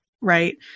right